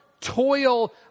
toil